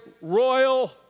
royal